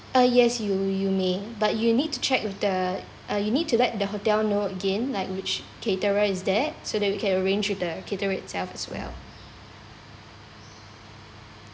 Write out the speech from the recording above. uh yes you you may but you need to check with the uh you need to let the hotel know again like which caterer is that so that we can arrange with the caterer itself as well